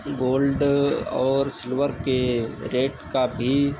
gold और silver के rate का भी